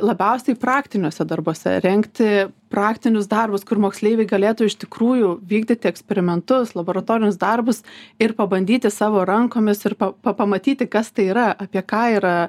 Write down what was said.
labiausiai praktiniuose darbuose rengti praktinius darbus kur moksleiviai galėtų iš tikrųjų vykdyti eksperimentus laboratorinius darbus ir pabandyti savo rankomis ir pa pamatyti kas tai yra apie ką yra